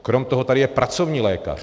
Krom toho tady je pracovní lékař.